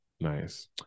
Nice